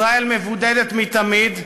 ישראל מבודדת מתמיד,